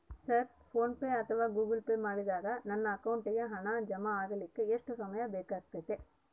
Sir PhonePe ಅಥವಾ Google Pay ಮಾಡಿದಾಗ ನಮ್ಮ ಅಕೌಂಟಿಗೆ ಹಣ ಜಮಾ ಆಗಲಿಕ್ಕೆ ಎಷ್ಟು ಸಮಯ ಬೇಕಾಗತೈತಿ?